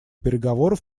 переговоров